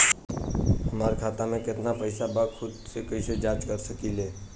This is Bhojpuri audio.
हमार खाता में केतना पइसा बा त खुद से कइसे जाँच कर सकी ले?